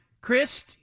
Chris